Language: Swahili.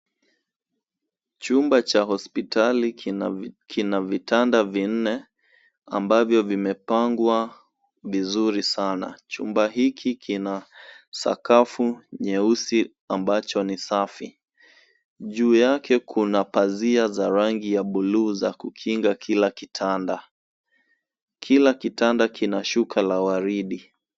Chumba cha hospitali kina vitanda vinne ambavyo vimepangwa vizuri sana. Chumba hiki kina sakafu nyeusi ambacho ni safi. Juu yake kuna pazia za rangi ya buluu za kukinga Kila kitanda. Kila kitanda kina shuka la waridi.